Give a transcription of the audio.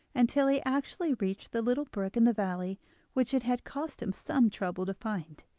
until he actually reached the little brook in the valley which it had cost him some trouble to find.